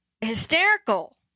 hysterical